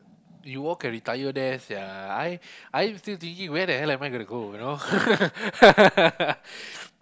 you all can retire there sia I I still thinking where the hell am I gonna you know